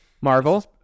Marvel